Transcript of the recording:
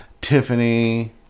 Tiffany